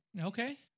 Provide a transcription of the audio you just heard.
Okay